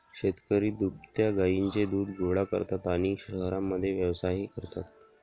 शेतकरी दुभत्या गायींचे दूध गोळा करतात आणि शहरांमध्ये व्यवसायही करतात